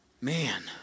Man